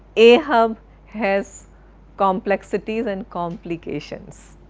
ahab has complexities and complications.